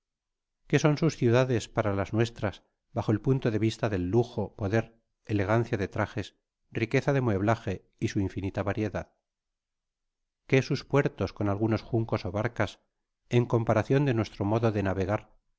que son sus ciudades para las nuestras bajo el punto dp vista del lujo poder elegancia de trajes riqueza de mueblaje y su infinita variedad qué sus puertos con algunos juncos ó barcas en comparacion de nuestro modo de navegar